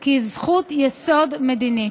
כי היא זכות יסוד מדינית.